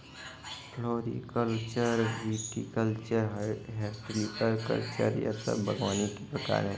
floriculture, viticulture, horticulture यह सब बागवानी के प्रकार है